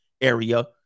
area